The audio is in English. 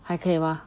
还可以吗